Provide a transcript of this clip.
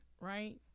right